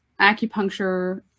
acupuncture